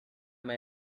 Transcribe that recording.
may